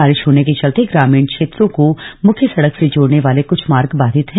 बारिश होने के चलते ग्रामीण क्षेत्रों को मुख्य सड़क से जोड़ने वाले कुछ मार्ग बाधित हैं